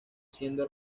siendo